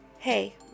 Hey